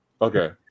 Okay